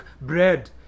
bread